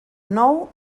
nou